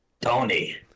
Tony